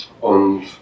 und